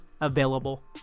available